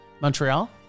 Montreal